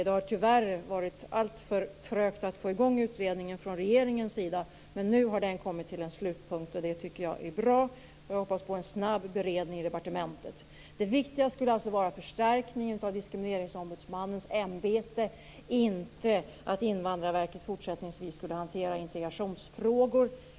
Det har tyvärr varit alltför trögt att få i gång utredningen från regeringens sida. Nu har den dock kommit till en slutpunkt, och det tycker jag är bra. Jag hoppas på en snabb beredning i departementet. Det viktiga skulle alltså vara förstärkning av Diskrimineringsombudsmannens ämbete, inte att Invandrarverket fortsättningsvis skulle hantera integrationsfrågor.